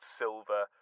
silver